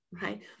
right